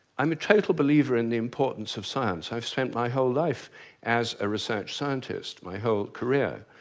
i'm a total believer in the importance of science. i've spent my whole life as a research scientist, my whole career.